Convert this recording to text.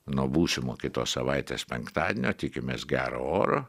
nuo būsimo kitos savaitės penktadienio tikimės gero oro